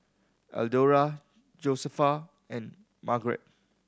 Eldora Josefa and Margarett